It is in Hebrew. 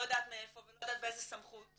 לא יודעת מאיפה ולא יודעת באיזה סמכות,